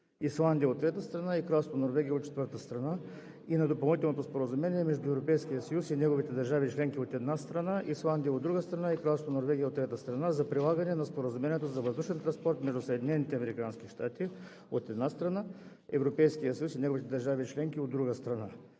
Исландия, от трета страна, и Кралство Норвегия, от четвърта страна, и на Допълнителното споразумение между Европейския съюз и неговите държави членки, от една страна, Исландия, от друга страна, и Кралство Норвегия, от трета страна, за прилагане на Споразумението за въздушен транспорт между Съединените американски щати, от една страна, Европейския съюз и неговите държави членки, от друга страна,